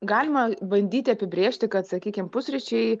galima bandyti apibrėžti kad sakykim pusryčiai